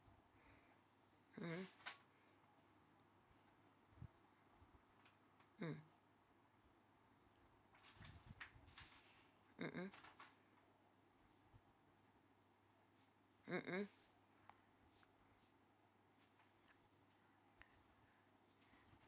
mmhmm mm mm mm mm mm